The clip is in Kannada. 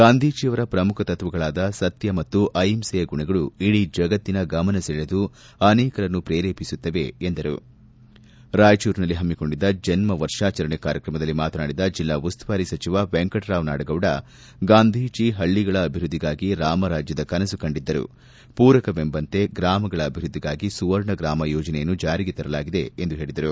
ಗಾಂಧೀಜವರ ಪ್ರಮುಖ ತತ್ವಗಳಾದ ಸತ್ತ ಮತ್ತು ಅಹಿಂಸೆಯ ಗುಣಗಳು ಇಡೀ ಜಗತ್ತಿನ ಗಮನಸೆಳೆದು ಅನೇಕರನ್ನು ಪ್ರೇರೇಪಿಸುತ್ತವೆ ಎಂದರು ರಾಯಚೂರಿನಲ್ಲಿ ಪಮ್ಮಿಕೊಂಡಿದ್ದ ಜನ್ಮ ವರ್ಷಾಚರಣೆ ಕಾರ್ಯಕ್ರಮದಲ್ಲಿ ಮಾತನಾಡಿದ ಜಿಲ್ಲಾ ಉಸ್ತುವಾರಿ ಸಚಿವ ವೆಂಕಟರಾವ್ ನಾಡಗೌಡ ಗಾಂಧೀಜಿ ಪಳ್ಳಗಳ ಅಭಿವೃದ್ಧಿಗಾಗಿ ರಾಮರಾಜ್ಯದ ಕನಸು ಕಂಡಿದ್ದರು ಪೂರಕವೆಂಬಂತೆ ಗ್ರಾಮಗಳ ಅಭಿವೃದ್ಧಿಗಾಗಿ ಸುವರ್ಣ ಗ್ರಾಮ ಯೋಜನೆಯನ್ನು ಜಾರಿಗೆ ತರಲಾಗಿದೆ ಹೇಳಿದರು